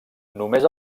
només